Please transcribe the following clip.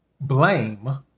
blame